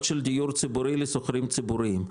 של דיור ציבורי לשוכרים ציבוריים.